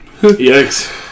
Yikes